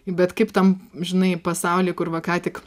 bet kaip ten žinai pasaulyj kur va ką tik